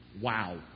Wow